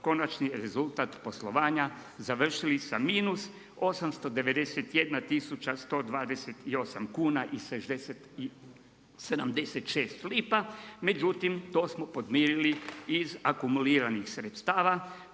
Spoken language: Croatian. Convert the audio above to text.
konačni rezultata poslovanja završili sa minus 891 tisuća 128 kuna i 76 lipa, međutim to smo podmirili iz akumuliranih sredstava